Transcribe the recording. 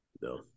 no